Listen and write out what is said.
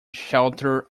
shelter